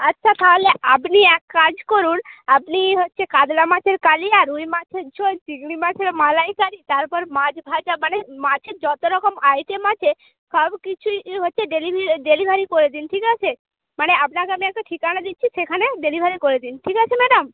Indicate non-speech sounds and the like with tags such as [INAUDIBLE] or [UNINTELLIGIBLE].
আচ্ছা তাহলে আপনি এক কাজ করুন আপনি হচ্ছে কাতলা মাছের কালিয়া রুই মাছের ঝোল চিংড়ি মাছের মালাইকারি তারপর মাছ ভাজা মানে মাছের যতো রকম আইটেম আছে সব কিছুই হচ্ছে [UNINTELLIGIBLE] ডেলিভারি ডেলিভারি করে দিন ঠিক আছে মানে আপনাকে আমি একটা ঠিকানা দিচ্ছি সেখানে ডেলিভারি করে দিন ঠিক আছে ম্যাডাম